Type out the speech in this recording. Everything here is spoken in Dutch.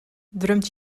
drumt